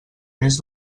més